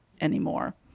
anymore